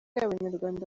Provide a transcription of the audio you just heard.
abanyarwanda